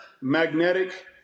Magnetic